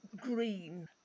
green